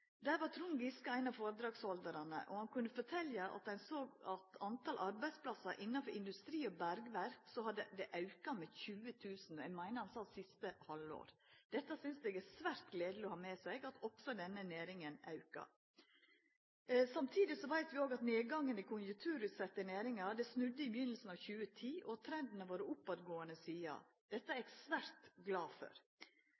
Der var Trond Giske ein av foredragshaldarane, og han kunne fortelja at såg ein på talet på arbeidsplassar innanfor industri og bergverk, så hadde det auka med 20 000 – eg meiner han sa i siste halvår. Eg synest det er svært gledeleg å ha med seg at også denne næringa aukar. Samtidig veit vi òg at nedgangen i konjunkturutsette næringar snudde i byrjinga av 2010, og sidan har trenden gått oppover. Dette er